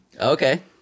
Okay